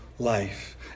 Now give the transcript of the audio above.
life